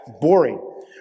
boring